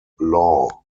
law